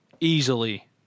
easily